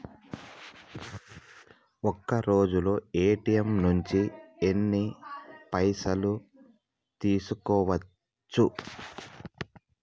ఒక్కరోజులో ఏ.టి.ఎమ్ నుంచి ఎన్ని పైసలు తీసుకోవచ్చు?